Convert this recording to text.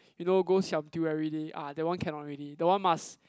you know go siam-diu every day ah that one cannot already that one must